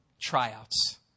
tryouts